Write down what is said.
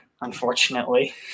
unfortunately